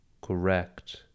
correct